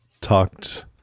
talked